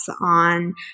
on